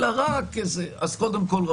קודם כול,